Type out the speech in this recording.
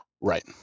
Right